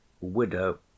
Widow